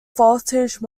voltage